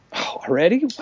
Already